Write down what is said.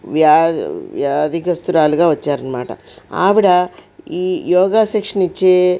వ్యా వ్యాధిగ్రస్తురాలిగా వచ్చారు అన్నమాట ఆవిడ ఈ యోగా శిక్షణ ఇచ్చే